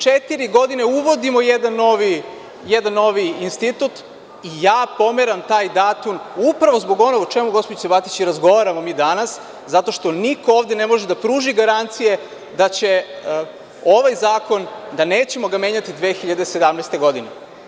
Četiri godine uvodimo jedan novi institut i ja pomeram taj datum upravo zbog onoga o čemu gospođica Batić i razgovaramo mi danas, zato što niko ovde ne može da pruži garancije da će ovaj zakon, da ga nećemo menjati 2017. godine.